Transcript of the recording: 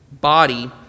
body